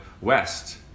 west